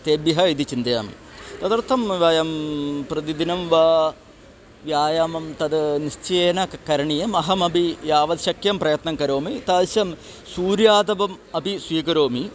तेभ्यः इति चिन्तयामि तदर्थं वयं प्रतिदिनं वा व्यायामं तद् निश्चयेन क करणीयम् अहमपि यावत् शक्यं प्रयत्नं करोमि तादृशं सूर्यातपम् अपि स्वीकरोमि